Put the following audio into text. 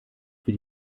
für